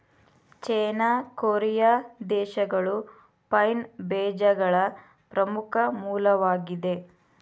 ಚೇನಾ, Korea ದೇಶಗಳು pine ಬೇಜಗಳ ಪ್ರಮುಖ ಮೂಲವಾಗಿದೆ